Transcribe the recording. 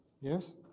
Yes